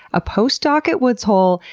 a post-doc at woods hole,